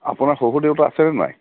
আপোনাৰ শহুৰদেউতা আছেনে নাই